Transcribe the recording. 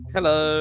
Hello